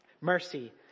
Mercy